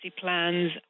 plans